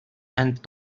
and